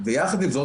ויחד עם זאת,